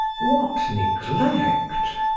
what neglect!